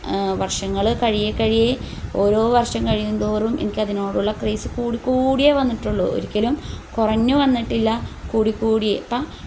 വർഷങ്ങൾ കഴിയേ കഴിയേ ഓരോ വർഷം കഴിയുന്തോറും എനിക്കതിനോടുള്ള ക്രൈസ് കൂടിക്കൂടിയേ വന്നിട്ടുള്ളു ഒരിക്കലും കുറഞ്ഞു വന്നിട്ടില്ല കൂടിക്കൂടി അപ്പം